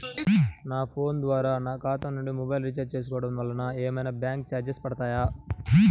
నా ఫోన్ ద్వారా నా ఖాతా నుండి మొబైల్ రీఛార్జ్ చేసుకోవటం వలన ఏమైనా బ్యాంకు చార్జెస్ పడతాయా?